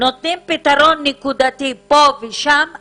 נותנים פתרון נקודתי פה ושם,